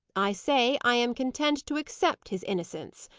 i say i am content to accept his innocence,